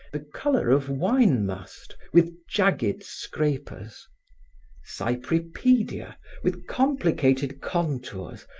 the color of wine must, with jagged scrapers cypripedia, with complicated contours,